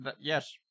Yes